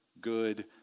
good